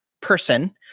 person